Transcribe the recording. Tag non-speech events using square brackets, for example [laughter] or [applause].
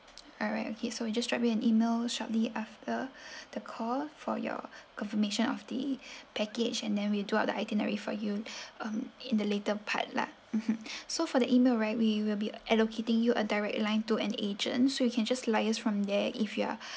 alright okay so you just drop me an email shortly after [breath] the call for your confirmation of the package and then we do up the itinerary for you um in the later part lah mmhmm so for the email right we will be allocating you a direct line to an agent so you can just liaise from there if you are